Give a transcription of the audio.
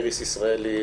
איריס ישראלי,